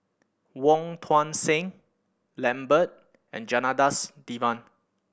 Wong Tuang Seng Lambert and Janadas Devan